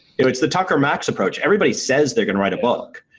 it was the tucker max approach. everybody says they can write a book.